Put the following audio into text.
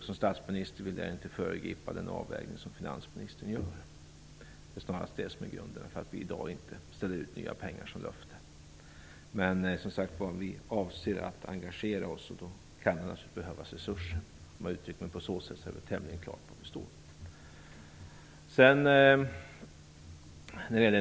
Som statsminister vill jag inte föregripa den avvägning som finansministern gör. Det är snarast detta som är grunderna till att regeringen i dag inte ställer ut nya pengar som löfte. Som sagt avser vi att engagera oss, och då kan det behövas resurser. Om jag uttrycker mig så, är det tämligen klart var regeringen står.